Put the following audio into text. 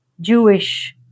Jewish